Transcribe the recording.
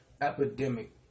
epidemic